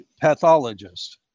pathologist